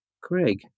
Craig